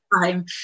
time